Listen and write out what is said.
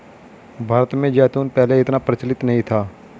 भारत में जैतून पहले इतना प्रचलित नहीं था